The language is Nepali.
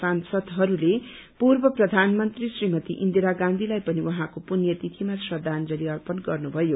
सांसदहरूले पूर्व प्रधानमन्त्री श्रीमती इन्दिरा गाँधीलाई पनि उहाँको पुण्यतिथिमा श्रद्धांजलि अर्पण गर्नुभयो